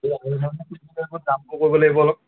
কৰিব লাগিব অলপ